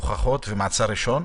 הוכחות ומעצר ראשון,